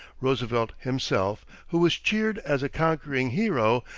roosevelt himself, who was cheered as a conquering hero,